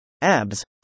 Abs